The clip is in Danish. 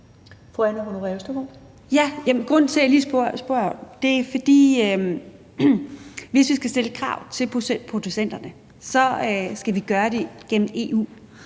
Grunden til, jeg lige spørger, er, at hvis vi skal stille krav til producenterne, skal vi gøre det gennem EU,